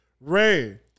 Ray